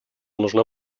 нужна